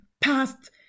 past